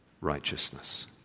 Righteousness